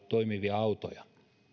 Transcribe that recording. toimivia autoja